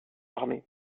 armé